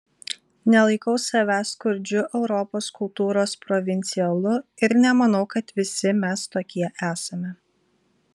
nelaikau savęs skurdžiu europos kultūros provincialu ir nemanau kad visi mes tokie esame